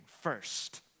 first